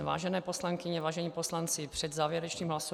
Vážené poslankyně, vážení poslanci, před závěrečným hlasováním